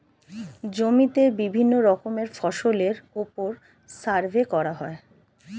জমিতে বিভিন্ন রকমের ফসলের উপর সার্ভে করা হয়